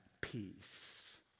peace